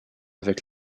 avec